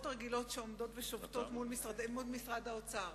הרגילות שעומדות ושובתות מול משרד האוצר.